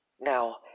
Now